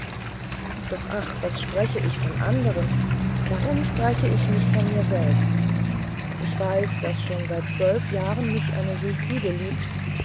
doch ach was spreche ich von anderen warum spreche ich nicht von mir selbst ich weiß daß schon seit zwölf jahren mich eine sylphide liebt